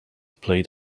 played